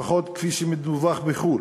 לפחות כפי שמדווח בחו"ל,